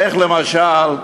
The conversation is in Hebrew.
איך, למשל,